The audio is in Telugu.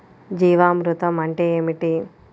జీవామృతం అంటే ఏమిటి?